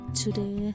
today